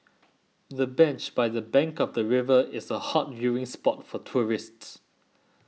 the bench by the bank of the river is a hot viewing spot for tourists